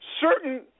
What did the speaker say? certain